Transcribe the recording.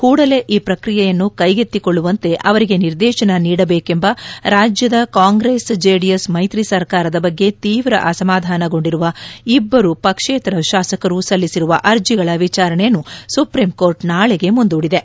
ಕೂಡಲೇ ಈ ಪ್ರಕ್ರಿಯೆಯನ್ನು ಕೈಗೆತ್ತಿಕೊಳ್ಳುವಂತೆ ಅವರಿಗೆ ನಿರ್ದೇಶನ ನೀಡಬೇಕೆಂಬ ರಾಜ್ಯದ ಕಾಂಗ್ರೆಸ್ ಜೆಡಿಎಸ್ ಮೈತ್ರಿ ಸರ್ಕಾರದ ಬಗ್ಗೆ ತೀವ್ರ ಅಸಮಾಧಾನಗೊಂಡಿರುವ ಇಬ್ಬರು ಪಕ್ಷೇತರ ಶಾಸಕರು ಸಲ್ಲಿಸಿರುವ ಅರ್ಜಿಗಳ ವಿಚಾರಣೆಯನ್ನು ಸುಪ್ರೀಂ ಕೋರ್ಟ್ ನಾಳೆಗೆ ಮುಂದೂಡಿದೆ